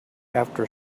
after